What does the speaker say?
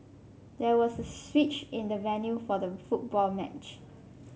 there was a switch in the venue for the football match